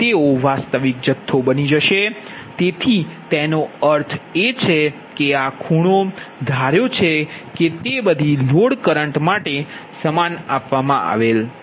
તેથી તેનો અર્થ એ છે કે આ ખૂણો ધારયો છે કે તે બધી લોડ કરંટ માટે સમાન છે